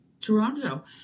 Toronto